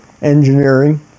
Engineering